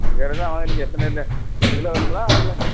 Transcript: சரி வேறு எதா வாங்கினிங்க எத்தனை இந்த பத்து கிலோ வேணுங்களா இல்லை